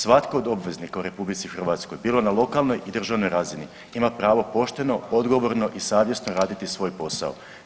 Svatko od obveznika u RH bilo na lokalnoj i državnoj razini ima pravo pošteno, odgovorno i savjesno raditi svoj posao.